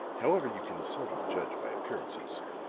however, you can seldom judge by appearances.